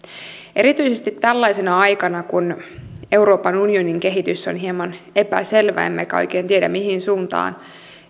erityisesti tällaisena aikana kun euroopan unionin kehitys on hieman epäselvää emmekä oikein tiedä mihin suuntaan